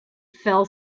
fell